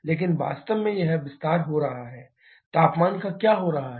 लेकिन वास्तव में यह विस्तार हो रहा है तापमान का क्या हो रहा है